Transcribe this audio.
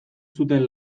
zuten